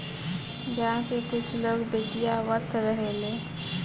गाँव के कुछ लोग बतियावत रहेलो